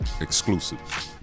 exclusive